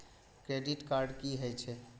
Credit card की होई छै?